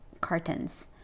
cartons